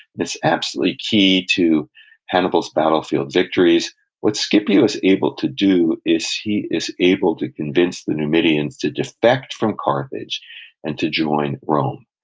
and it's absolutely key to hannibal's battlefield victories what scipio's able to do is he is able to convince the numidians to defect from carthage and to join rome.